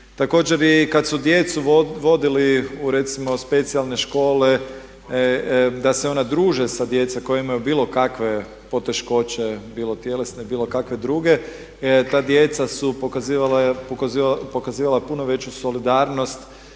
Također i kad su djecu vodili u recimo specijalne škole da se ona druže sa djecom koja imaju bilo kakve poteškoće, bilo tjelesne, bilo kakve druge, ta djeca su pokazivala puno veću solidarnost